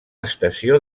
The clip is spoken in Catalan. estació